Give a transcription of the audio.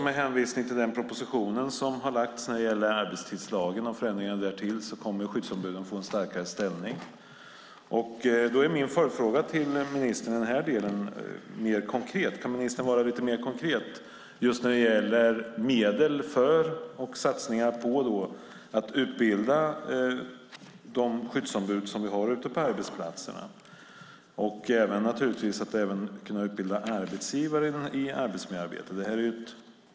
Med hänvisning till den proposition som har lagts fram när det gäller arbetstidslagen och olika förändringar kommer skyddsombuden att få en starkare ställning. Jag har en följdfråga till ministern i denna del: Kan ministern vara lite mer konkret just när det gäller medel för och satsningar på att utbilda de skyddsombud som vi har ute på arbetsplatserna? Det handlar naturligtvis även om att kunna utbilda arbetsgivare i arbetsmiljöarbete.